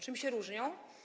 Czym się różnią?